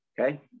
Okay